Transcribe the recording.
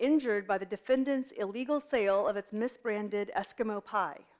injured by the defendant's illegal sale of its misbranded eskimo pie